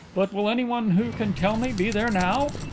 but will anyone who can tell me be there now?